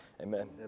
amen